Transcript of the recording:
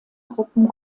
truppen